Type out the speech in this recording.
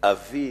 אבי